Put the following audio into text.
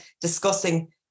discussing